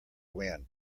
win